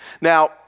Now